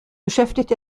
beschäftigt